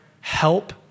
Help